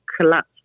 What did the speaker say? collapse